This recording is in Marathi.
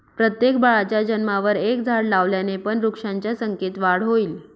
प्रत्येक बाळाच्या जन्मावर एक झाड लावल्याने पण वृक्षांच्या संख्येत वाढ होईल